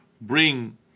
bring